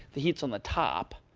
the heat's on the top.